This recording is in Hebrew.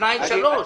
בשתיים ובשלוש.